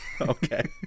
Okay